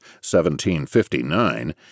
1759